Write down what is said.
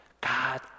God